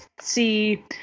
see—